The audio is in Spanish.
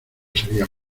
sería